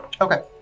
Okay